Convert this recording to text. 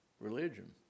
religion